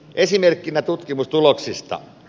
esimerkkinä tutkimustuloksista